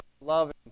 love